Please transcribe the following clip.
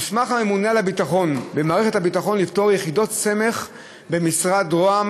הוסמך הממונה על הביטחון במערכת הביטחון לפטור יחידות סמך במשרד ראש